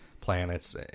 planets